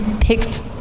picked